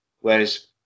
whereas